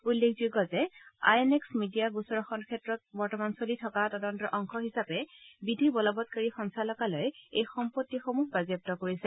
উল্লেখযোগ্য যে I N X media গোচৰৰ ক্ষেত্ৰত বৰ্তমান চলি থকা তদন্তৰ অংশ হিচাপে বিধিবলৱৎকাৰী সঞ্চালকালয়ে এই সম্পত্তিসমূহ বাজেয়াপ্ত কৰিছে